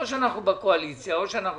או שאנחנו בקואליציה או שאנחנו